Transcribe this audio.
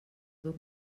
dur